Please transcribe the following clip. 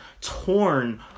torn